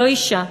לא אישה,